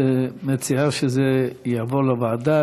את מציעה שזה יעבור לוועדה,